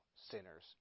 sinners